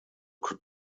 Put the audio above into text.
could